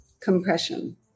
compression